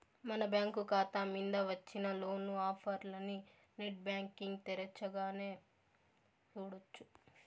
మన బ్యాంకు కాతా మింద వచ్చిన లోను ఆఫర్లనీ నెట్ బ్యాంటింగ్ తెరచగానే సూడొచ్చు